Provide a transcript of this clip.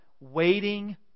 waiting